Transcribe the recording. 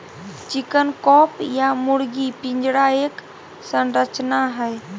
chicken coop या मुर्गी पिंजरा एक संरचना हई,